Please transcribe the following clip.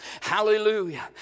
Hallelujah